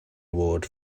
award